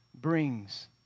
brings